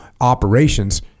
operations